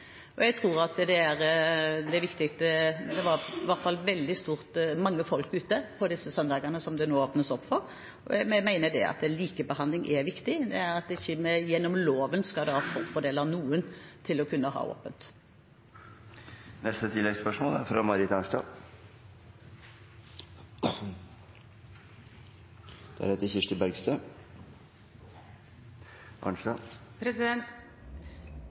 Og det tror jeg er viktig, det er i hvert fall veldig mange folk ute på disse søndagene som det nå åpnes opp for. Jeg mener at likebehandling er viktig, og at vi ikke vi gjennom loven skal forfordele noen: alle må kunne ha åpent.